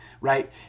right